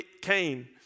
Cain